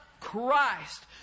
Christ